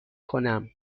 کنم